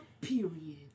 period